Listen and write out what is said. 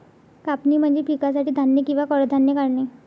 कापणी म्हणजे पिकासाठी धान्य किंवा कडधान्ये काढणे